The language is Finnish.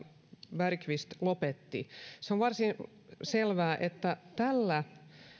bergqvist lopetti on varsin selvää että tällä